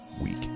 week